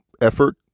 effort